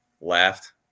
Laughed